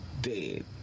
dead